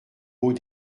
haut